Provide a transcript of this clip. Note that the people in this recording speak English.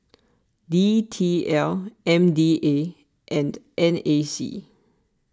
D T L M D A and N A C